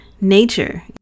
nature